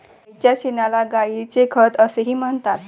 गायीच्या शेणाला गायीचे खत असेही म्हणतात